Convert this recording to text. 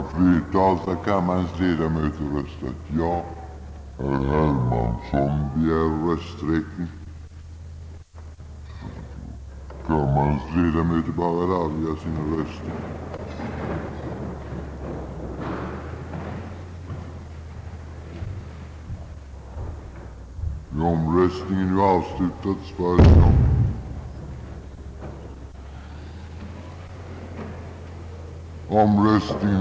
Herr talman!